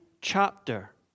chapter